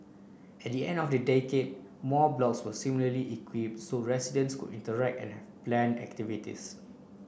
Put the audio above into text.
at the end of the decade more blocks were similarly equipped so residents could interact and have planned activities